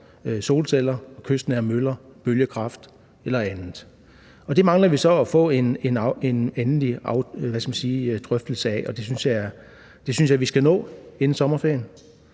solceller, kystnære møller, bølgekraft eller andet. Det mangler vi så at få en endelig drøftelse af. Det synes jeg at vi skal nå inden sommerferien,